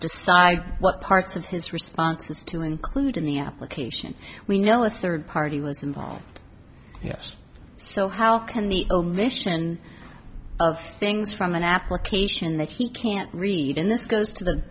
decide what parts of his responses to include in the application we know a third party was involved yes so how can the vision of things from an application that he can't read in this goes to the